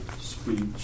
speech